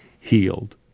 healed